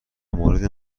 مورد